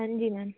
हाँ जी मैम